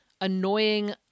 annoying